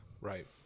Right